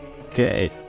Okay